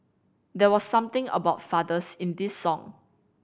there was something about fathers in this song